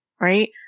right